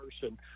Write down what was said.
person